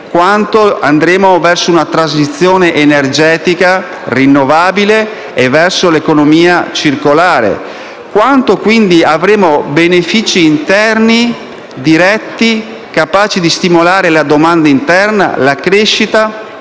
quanto andremo verso una transizione energetica rinnovabile e verso l'economia circolare, quanto, quindi, avremo benefici interni diretti, capaci di stimolare la domanda interna, la crescita